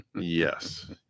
Yes